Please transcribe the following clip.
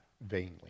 vainly